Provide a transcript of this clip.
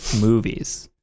movies